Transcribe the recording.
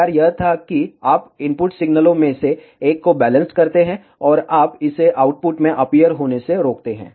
विचार यह था कि आप इनपुट सिग्नलों में से एक को बैलेंस्ड करते हैं और आप इसे आउटपुट में अपीयर होने से रोकते हैं